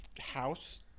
house